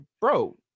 bro